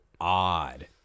odd